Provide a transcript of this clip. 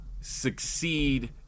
succeed